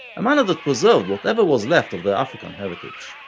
a manner that preserved whatever was left of their african heritage.